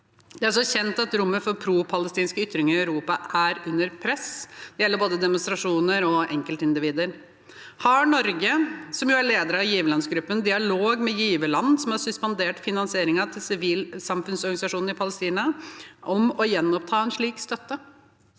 Det er også kjent at rommet for propalestinske ytringer i Europa er under press. Det gjelder både demonstrasjoner og enkeltindivider. Har Norge, som jo er leder av giverlandsgruppen, dialog med giverland som har suspendert finanseringen til sivilsamfunnsorganisasjoner i Palestina, om å gjenoppta en slik støtte?